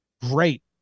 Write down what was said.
great